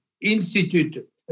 Institute